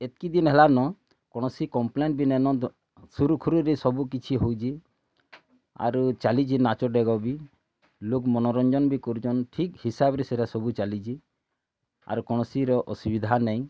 ଏତକି ଦିନ୍ ହେଲା ନ କୌଣସି କମ୍ପ୍ଲେନ୍ ବି ନାଇଁ ନ ସୁରୁଖୁରୁରେ ସବୁକିଛି ହେଉଛି ଆରୁ ଚାଲିଛି ନାଚ ଡ଼େଗ ବି ଲୋକ୍ ମନୋରଞ୍ଜନ୍ ବି କରୁଛନ୍ ଠିକ୍ ହିସାବ୍ରେ ସେଟା ସବୁ ଚାଲିଛି ଆର୍ କୌଣସିର ଅସୁବିଧା ନାଇଁ